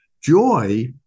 Joy